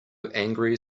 angry